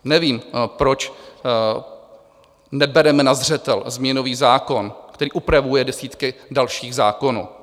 Nevím, proč nebereme na zřetel změnový zákon, který upravuje desítky dalších zákonů.